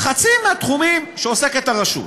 בחצי מהתחומים שעוסקת הרשות.